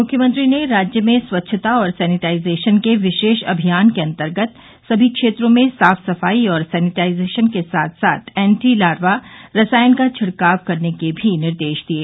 मुख्यमंत्री ने राज्य में स्वच्छता और सेनिटाइजेशन के विशेष अभियान के अन्तर्गत सभी क्षेत्रों में साफ सफाई और सेनिटाइजेशन के साथ एन्टी लार्वा रसायन का छिड़काव करने के भी निर्देश दिये